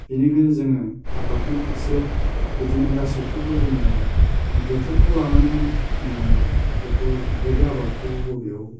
बेनिखायनो जोङो आबादनि फारसे बिदिनो गासैखौबो जोङो बोथोरखौ लानानै जोङो बेखौ बबे आबादखौ बबेयाव